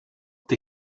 tej